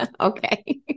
Okay